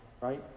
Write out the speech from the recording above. right